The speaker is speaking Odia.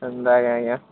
ଅ ନାଇଁ ଆଜ୍ଞାଁ